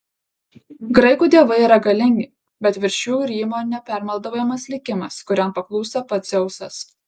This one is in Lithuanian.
graikų dievai yra galingi bet virš jų rymo nepermaldaujamas likimas kuriam paklūsta pats dzeusas